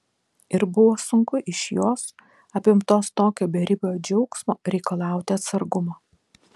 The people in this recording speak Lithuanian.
ir buvo sunku iš jos apimtos tokio beribio džiaugsmo reikalauti atsargumo